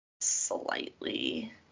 slightly